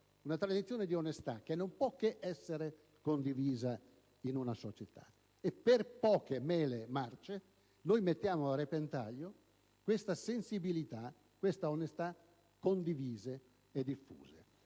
la tradizione di onestà, che non può che essere condivisa in una società. Per poche mele marce mettiamo a repentaglio queste sensibilità ed onestà condivise e diffuse.